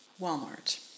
Walmart